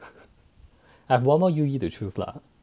I have one more U_E to choose lah